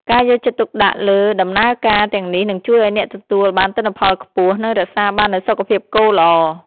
ការយកចិត្តទុកដាក់លើដំណើរការទាំងនេះនឹងជួយឱ្យអ្នកទទួលបានទិន្នផលខ្ពស់ និងរក្សាបាននូវសុខភាពគោល្អ។